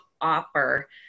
offer